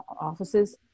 offices